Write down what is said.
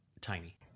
tiny